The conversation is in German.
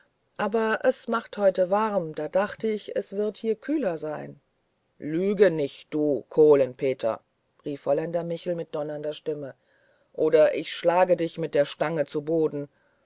aber es macht heute warm da dachte ich es wird hier kühler sein lüge nicht du kohlen peter rief holländer michel mit donnernder stimme oder ich schlag dich mit der stange zu boden